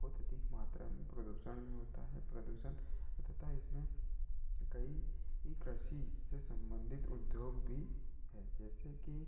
बहुत अधिक मात्रा में प्रदूषण भी होता है प्रदूषण तथा इसमें कई यह कृषि से सम्बन्धित उद्योग भी है जैसे कि